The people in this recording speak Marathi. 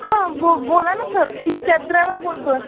हां बो बोला ना सर मी कॅब ड्रायवर बोलतो आहे